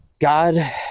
God